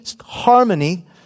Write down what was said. harmony